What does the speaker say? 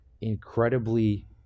incredibly